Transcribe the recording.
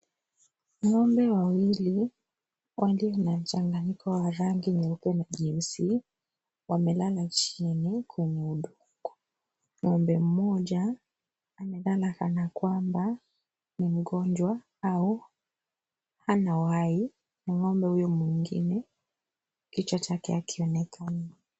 Ng'ombe wawili, walio na mchanganyiko wa rangi nyeupe na nyeusi, wamelala chini kwenye udongo. Ng'ombe mmoja amelala kana kwamba ni mgonjwa au hana uhai na ng'ombe huyo mwingine kichwa chake haionekani.